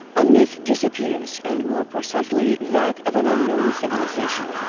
a myth disappears and more precisely that of an unknown civilization.